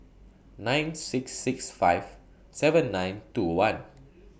nine six six five seven nine two one